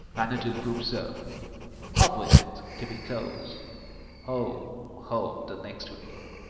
and twill prove so up with it, keep it close home, home, the next way!